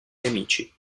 nemici